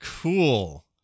Cool